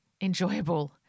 enjoyable